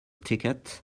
ticket